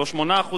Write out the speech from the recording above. לא 8%,